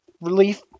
relief